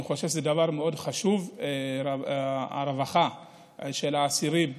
אני חושב שזה דבר מאוד חשוב, הרווחה של האסירים.